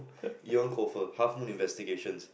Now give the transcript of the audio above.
Eoin Colfer Half Moon Investigations